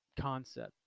concept